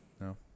No